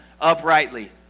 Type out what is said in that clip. uprightly